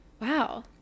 wow